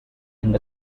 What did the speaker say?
and